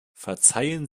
verzeihen